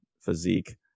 physique